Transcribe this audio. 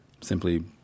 simply